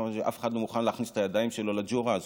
אף אחד לא מוכן להכניס את הידיים שלו לג'ורה הזאת,